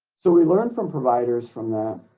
so we learned from providers from that